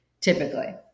typically